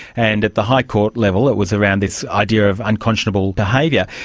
and at the high court level it was around this idea of unconscionable behaviour.